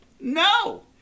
No